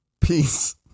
Peace